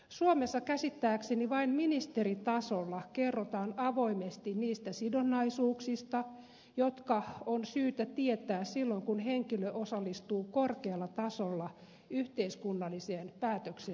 suomessa käsittääkseni vain ministeritasolla kerrotaan avoimesti niistä sidonnaisuuksista jotka on syytä tietää silloin kun henkilö osallistuu korkealla tasolla yhteiskunnalliseen päätöksentekoon